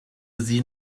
sie